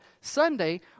Sunday